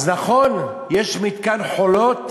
אז נכון, יש מתקן "חולות",